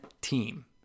team